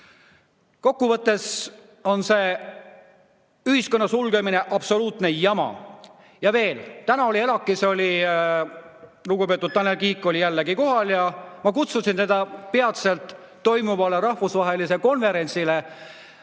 Kokkuvõttes on ühiskonna sulgemine absoluutne jama. Ja veel, täna oli ELAK‑is lugupeetud Tanel Kiik jälle kohal ja ma kutsusin teda peatselt toimuvale rahvusvahelisele konverentsile